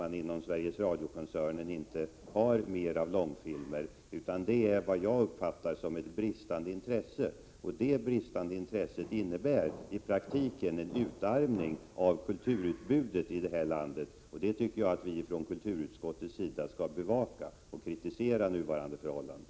man inom Sveriges Radio-koncernen inte har mer av långfilmer. Jag uppfattar orsaken vara ett bristande intresse, och det innebär i praktiken en utarmning av kulturutbudet i det här landet. Jag tycker att vi från kulturutskottet skall bevaka detta och kritisera de nuvarande förhållandena.